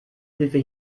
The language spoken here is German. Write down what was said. hilfe